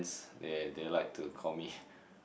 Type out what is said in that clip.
they they like to call me